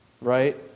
right